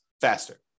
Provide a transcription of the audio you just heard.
faster